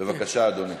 בבקשה, אדוני.